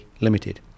Limited